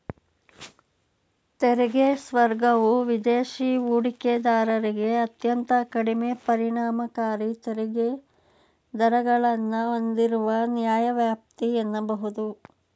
ತೆರಿಗೆ ಸ್ವರ್ಗವು ವಿದೇಶಿ ಹೂಡಿಕೆದಾರರಿಗೆ ಅತ್ಯಂತ ಕಡಿಮೆ ಪರಿಣಾಮಕಾರಿ ತೆರಿಗೆ ದರಗಳನ್ನ ಹೂಂದಿರುವ ನ್ಯಾಯವ್ಯಾಪ್ತಿ ಎನ್ನಬಹುದು